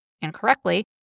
incorrectly